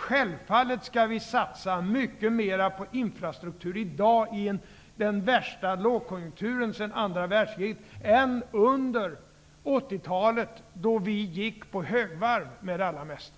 Självfallet skall vi satsa mycket mera på infrastruktur i dag, i den värsta lågkonjunkturen sedan andra världskriget, än under 80-talet, då vi gick på högvarv med det allra mesta.